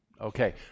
Okay